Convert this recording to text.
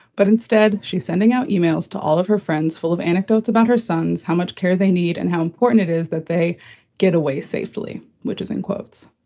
but instead, she's sending out emails to all of her friends full of anecdotes about her sons, how much care they need and how important it is that they get away safely, which is in quotes.